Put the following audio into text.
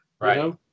right